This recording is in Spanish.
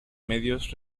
medios